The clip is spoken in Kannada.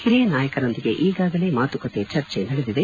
ಹಿರಿಯ ನಾಯಕರೊಂದಿಗೆ ಈಗಾಗಲೇ ಮಾತುಕತೆ ಚರ್ಚೆ ನಡೆದಿದೆ